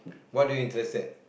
what do you interest at